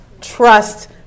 trust